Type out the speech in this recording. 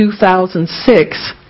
2006